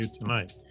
tonight